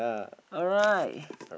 alright